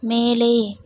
மேலே